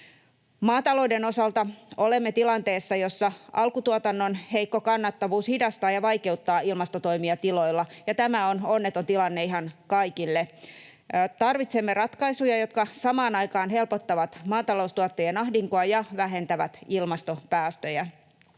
Maatalouden osalta olemme tilanteessa, jossa alkutuotannon heikko kannattavuus hidastaa ja vaikeuttaa ilmastotoimia tiloilla, ja tämä on onneton tilanne ihan kaikille. Tarvitsemme ratkaisuja, jotka samaan aikaan helpottavat maataloustuottajien ahdinkoa ja vähentävät ilmastopäästöjä.